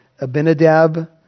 Abinadab